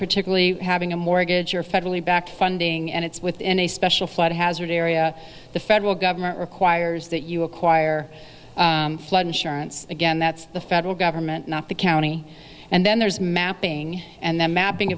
particularly having a mortgage or federally backed funding and it's within a special flood hazard area the federal government requires that you require flood insurance again that's the federal government not the county and then there's mapping and then mapping